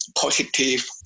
positive